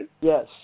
Yes